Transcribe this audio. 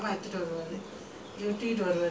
agree really he